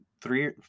three